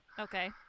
okay